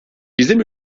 bizim